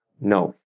No